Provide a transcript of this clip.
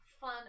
fun